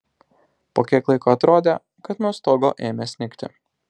po kiek laiko atrodė kad nuo stogo ėmė snigti